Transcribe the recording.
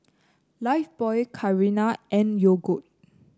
Lifebuoy Carrera and Yogood